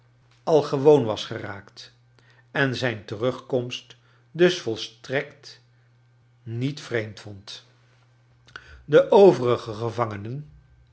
al gewoon was geraakt en zijn terugkomst dus volstrekt net vreeimd vond de overige gevangenen